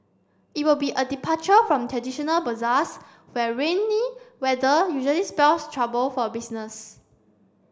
it will be a departure from traditional bazaars where rainy weather usually spells trouble for business